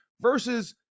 versus